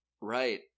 Right